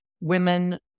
women